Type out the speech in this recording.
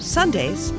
Sundays